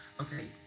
Okay